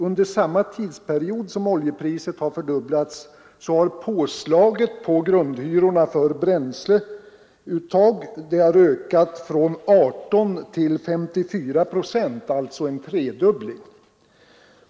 Under samma tidsperiod som oljepriset har fördubblats har påslaget på grundhyrorna för bränsleuttag ökat från 18 till 54 procent, alltså en tredubbling.